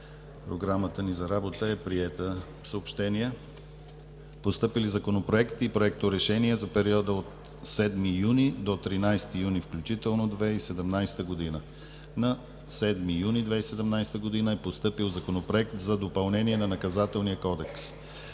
Програмата ни за работа е приета. Съобщения. Постъпили законопроекти и проекторешения за периода от 7 юни до 13 юни включително 2017 г.: На 7 юни 2017 г. е постъпил Законопроект за допълнение на Наказателния кодекс.